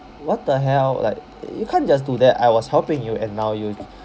what the hell like you can't just do that I was helping you and now you